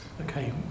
Okay